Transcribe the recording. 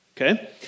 okay